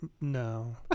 No